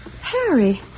Harry